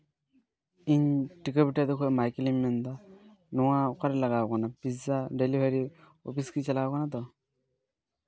ᱤᱧ ᱴᱷᱤᱠᱟᱹᱵᱷᱤᱴᱟᱹ ᱠᱷᱚᱱ ᱢᱟᱭᱠᱮᱞᱤᱧ ᱢᱮᱱᱫᱟ ᱱᱚᱣᱟ ᱚᱠᱟᱨᱮ ᱞᱟᱜᱟᱣ ᱠᱟᱱᱟ ᱯᱤᱡᱽᱡᱟ ᱰᱮᱞᱤᱵᱷᱟᱨᱤ ᱚᱯᱤᱥ ᱜᱮ ᱪᱟᱞᱟᱣ ᱠᱟᱱᱟ ᱛᱚ